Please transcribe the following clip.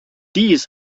dies